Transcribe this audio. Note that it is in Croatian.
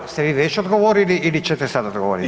Jeste vi već odgovorili ili ćete sad odgovorit?